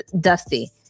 dusty